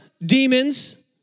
demons